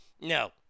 No